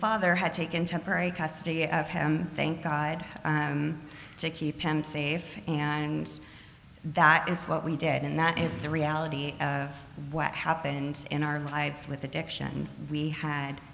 father had taken temporary custody of him thank god to keep him safe and that is what we did and that is the reality of what happened in our lives with addiction we had